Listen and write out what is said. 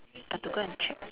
I have to go and check